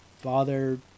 father